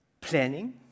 planning